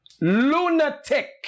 Lunatic